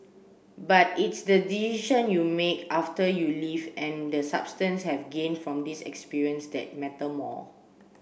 but its the you make after you leave and the substance have gained from this experience that matter more